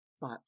But